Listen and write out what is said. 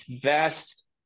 vast